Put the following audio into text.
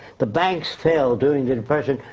the banks failed during the depression.